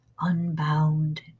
unbound